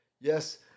Yes